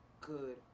good